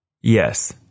Yes